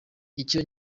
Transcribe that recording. icyo